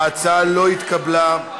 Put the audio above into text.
ההצעה לא התקבלה.